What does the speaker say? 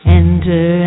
enter